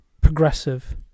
progressive